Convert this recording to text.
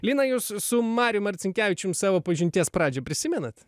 lina jūs su marium marcinkevičiumi savo pažinties pradžią prisimenat